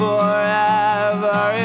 Forever